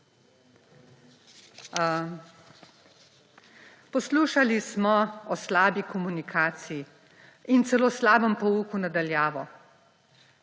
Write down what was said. Poslušali smo o slabi komunikaciji in celo slabem pouku na daljavo.